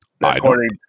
According